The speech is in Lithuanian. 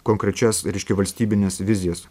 konkrečias reiškia valstybines vizijas